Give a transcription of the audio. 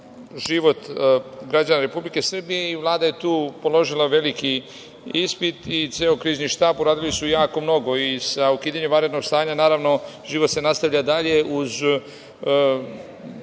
život građana Republike Srbije i Vlada je tu položila veliki ispit i ceo Krizni štab uradili su jako mnogo, i sa ukidanjem vanrednog stanja naravno život se nastavlja dalje uz